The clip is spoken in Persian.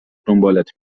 دنبالت